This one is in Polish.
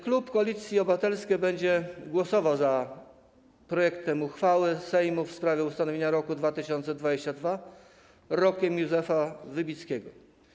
Klub Koalicji Obywatelskiej będzie głosował za przyjęciem projektu uchwały Sejmu w sprawie ustanowienia roku 2022 rokiem Józefa Wybickiego.